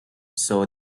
saw